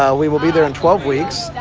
ah we will be there in twelve weeks